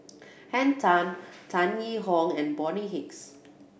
Henn Tan Tan Yee Hong and Bonny Hicks